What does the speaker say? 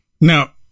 Now